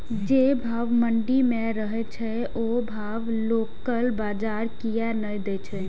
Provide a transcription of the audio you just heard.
जे भाव मंडी में रहे छै ओ भाव लोकल बजार कीयेक ने दै छै?